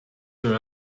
your